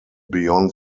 beyond